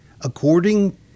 According